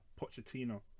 Pochettino